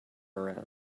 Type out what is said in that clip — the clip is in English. around